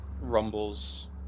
rumbles